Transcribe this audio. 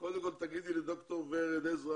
קודם כל תגידי לד"ר ורד עזרא